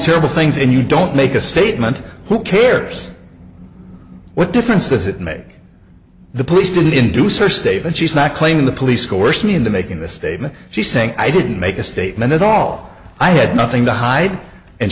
terrible things and you don't make a statement who cares what difference does it make the police than inducer statement she's not claiming the police coerce me into making this statement she's saying i didn't make a statement at all i had nothing to hide and